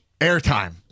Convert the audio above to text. airtime